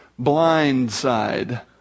blindside